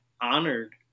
honored